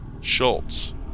Schultz